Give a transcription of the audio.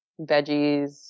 veggies